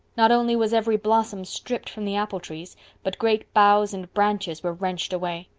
not only was every blossom stripped from the apple trees but great boughs and branches were wrenched away.